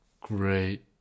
great